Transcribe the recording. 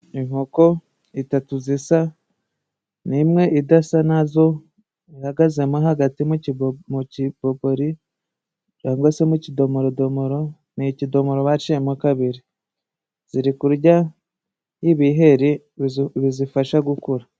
Inkoko eshatu zisa, n'imwe idasa nazo, ihagazemo hagati mu kipoboli cyangwa se mu kidomodomoro, ni ikidomoro baciyemo kabiri, ziri kurya ibiheri bizifasha gukura.